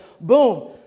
boom